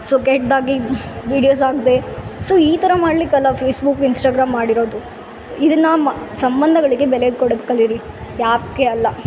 so ಕೆಟ್ದಾಗಿ videos ಹಾಕ್ದೆ so ಈ ಥರ ಮಾಡ್ಲಿಕ್ಕಲ್ಲ ಫೇಸ್ಬುಕ್ ಇನ್ಸ್ಟಾಗ್ರಾಮ್ ಮಾಡಿರೋದು ಇದನ್ನು ಮ ಸಂಬಂಧಗಳಿಗೆ ಬೆಲೆ ಕೊಡೋದು ಕಲೀರಿ ಯಾಕೆ ಅಲ್ಲ